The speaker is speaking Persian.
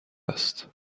است